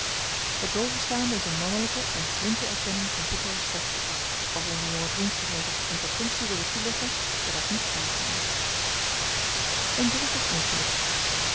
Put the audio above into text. het bovenstaande is een mannelijke en flinke erkenning van vroeger slecht gedrag als onze jonge vriend zich eens op de interpunctie wilde toeleggen zou dat niet kwaad zijn een droevig ongeluk